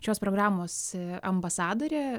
šios programos ambasadorė